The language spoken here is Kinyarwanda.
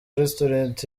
restaurant